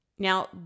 Now